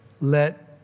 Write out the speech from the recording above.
Let